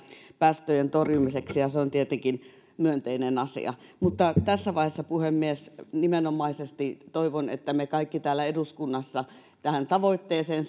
päästöjen torjumiseksi ja se on tietenkin myönteinen asia tässä vaiheessa puhemies nimenomaisesti toivon että me kaikki täällä eduskunnassa tähän tavoitteeseen